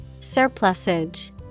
Surplusage